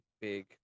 big